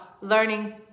learning